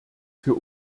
für